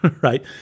right